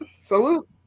Salute